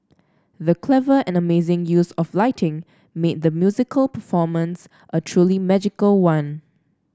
the clever and amazing use of lighting made the musical performance a truly magical one